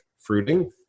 fruiting